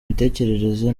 imitekerereze